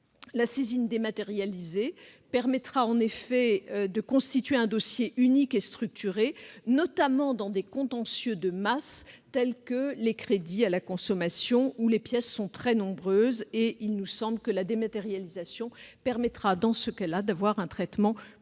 La saisine dématérialisée permettra en effet de constituer un dossier unique et structuré, notamment dans des contentieux de masse tels que celui des crédits à la consommation, pour lesquels les pièces sont très nombreuses. Il nous semble que la dématérialisation permettra dans ce cas d'assurer un traitement plus rapide